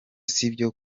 sibyo